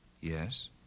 Yes